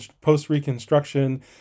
post-Reconstruction